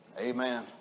Amen